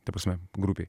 ta prasme grupei